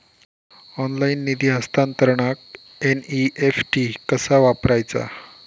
Online निधी हस्तांतरणाक NEFT कसा वापरायचा?